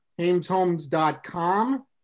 Hameshomes.com